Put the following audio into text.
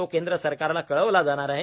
तो केंद्र सरकारला कळवला जाणार आहे